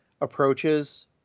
approaches